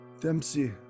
Dempsey